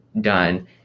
done